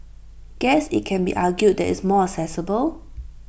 guess IT can be argued that it's more accessible